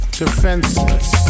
defenseless